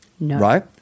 Right